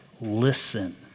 Listen